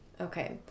Okay